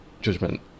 judgment